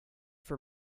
for